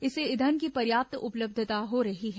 इससे ईंधन की पर्याप्त उपलब्धता हो रही है